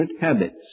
habits